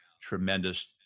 tremendous